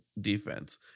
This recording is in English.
defense